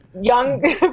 young